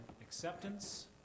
acceptance